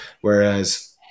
Whereas